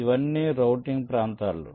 ఇవన్నీ రౌటింగ్ ప్రాంతాలు